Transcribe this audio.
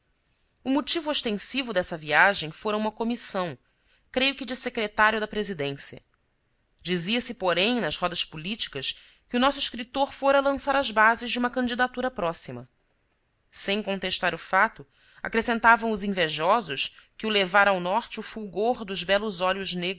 o motivo ostensivo dessa viagem fora uma comissão creio que de secretário da presidência diziase porém nas rodas políticas que o nosso escritor fora lançar as bases de uma candidatura próxima sem contestar o fato acrescentavam os invejosos que o levara ao norte o fulgor dos belos olhos